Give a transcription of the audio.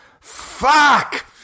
Fuck